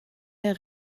der